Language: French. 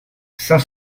cinq